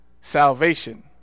salvation